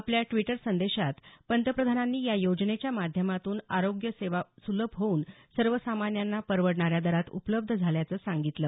आपल्या ड्वीटर संदेशात पंतप्रधानांनी या योजनेच्या माध्यमातून आरोग्य सेवा सुलभ होऊन सर्वसामान्यांना परवडणाऱ्या दरात उपलब्ध झाल्याचं सांगितलं